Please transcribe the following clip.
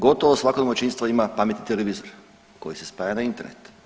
Gotovo svako domaćinstvo ima pametni televizor koji se spaja na Internet.